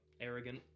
arrogant